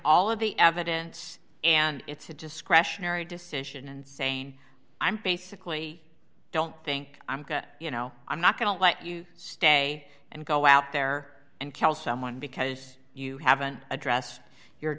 all of the evidence and it's a discretionary decision and saying i'm basically don't think i'm you know i'm not going to let you stay and go out there and kill someone because you haven't addressed your